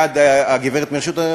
ועדות האיתור,